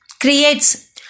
creates